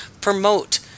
promote